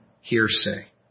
hearsay